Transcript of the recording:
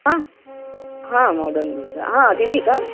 हां हां modern bakery हा अदिती का